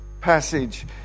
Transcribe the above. passage